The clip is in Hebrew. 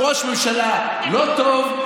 הוא ראש ממשלה לא טוב,